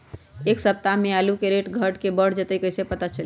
एक सप्ताह मे आलू के रेट घट ये बढ़ जतई त कईसे पता चली?